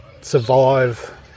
survive